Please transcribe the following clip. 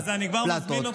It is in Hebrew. פלטות,